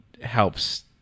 helps